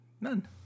None